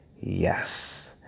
yes